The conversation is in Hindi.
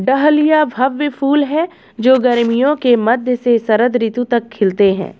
डहलिया भव्य फूल हैं जो गर्मियों के मध्य से शरद ऋतु तक खिलते हैं